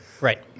Right